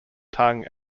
tongue